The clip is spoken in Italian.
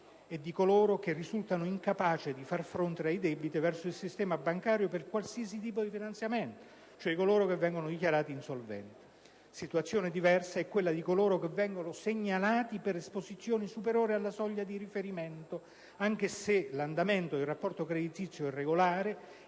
e di coloro che risultano incapaci di far fronte ai debiti verso il sistema bancario per qualsiasi tipo di finanziamenti, cioè di coloro che vengono dichiarati insolventi. Situazione diversa è quella di coloro che vengono segnalati per esposizione superiore alla soglia di riferimento, anche se l'andamento del rapporto creditizio è regolare.